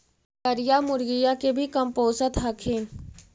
बकरीया, मुर्गीया के भी कमपोसत हखिन?